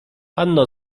panno